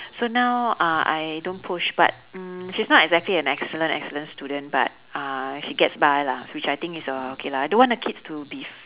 so now uh I don't push but mm she's not exactly an excellent excellent student but uh she gets by lah which I think is uh okay lah I don't want the kids to be